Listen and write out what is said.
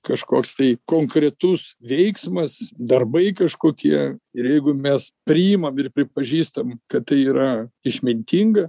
kažkoks tai konkretus veiksmas darbai kažkokie ir jeigu mes priimam ir pripažįstam kad tai yra išmintinga